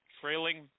trailing